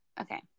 okay